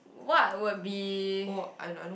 what would be